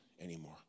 anymore